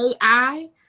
AI